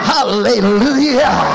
Hallelujah